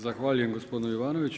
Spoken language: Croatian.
Zahvaljujem gospodinu Jovanoviću.